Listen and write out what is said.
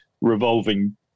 revolving